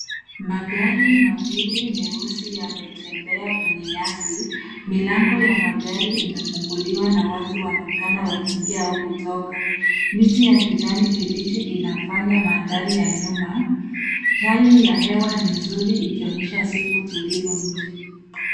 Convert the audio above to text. Magari mawili meusi yametembea kwenye nyasi. Milango ya magari imefunguliwa na watu wanaonekana wakiingia au kutoka. Miti ya kijani kibichi inafanya mandhari ya nyuma. Hali ya hewa ni nzuri ikionyesha siku tulivu nje.